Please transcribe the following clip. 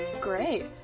Great